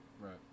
right